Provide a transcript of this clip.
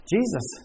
Jesus